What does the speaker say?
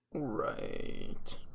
Right